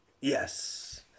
Yes